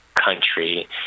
country